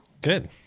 good